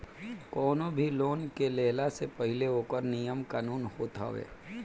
कवनो भी लोन के लेहला से पहिले ओकर नियम कानून होत हवे